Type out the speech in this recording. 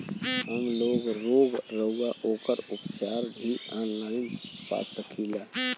हमलोग रोग अउर ओकर उपचार भी ऑनलाइन पा सकीला?